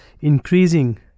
increasing